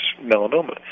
melanoma